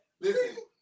Listen